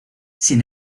sin